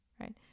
Right